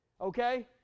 Okay